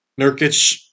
Nurkic